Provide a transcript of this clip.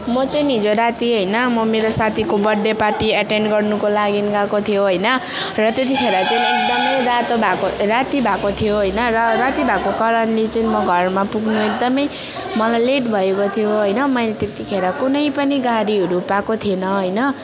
म चाहिँ हिजो राति होइन म मेरो साथीको बर्थ डे पार्टी एटेन गर्नुको लागि गएको थियो होइन र त्यतिखेर चाहिँ एकदम रातो भएको राति भएको थियो होइन र राति भएको कारणले चाहिँ म घरमा पुग्नु एकदम मलाई लेट भएको थियो होइन मैले त्यतिखेर कुनै पनि गाडीहरू पाएको थिएन होइन